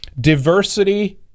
diversity